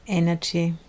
energy